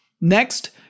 Next